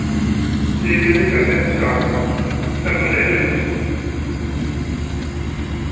ठीक ऐ फ्ही करनेआं फ्ही स्टार्ट चलना चाहिदा बिजनस